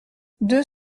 deux